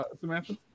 Samantha